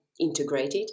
integrated